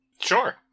Sure